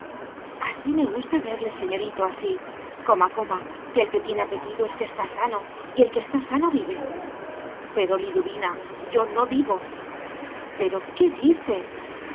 así me gusta verle señorito así coma coma que el que tiene apetito es que está sano y el que está sano vive pero liduvina yo no vivo pero qué dice